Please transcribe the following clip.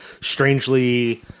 strangely